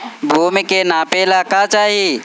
भूमि के नापेला का चाही?